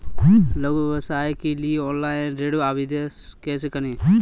लघु व्यवसाय के लिए ऑनलाइन ऋण आवेदन कैसे करें?